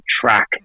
track